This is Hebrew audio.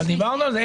דיברנו על זה.